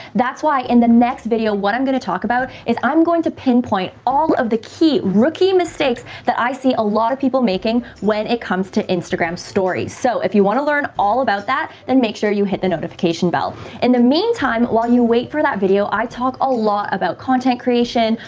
that's why in the next video, what i'm going to talk about is i'm going to pinpoint all of the key rookie mistakes that i see a lot of people making when it comes to instagram stories. so if you want to learn all about that, then make sure you hit the notification bell in the meantime while you wait for that video. i talk a lot about content creation,